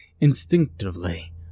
Instinctively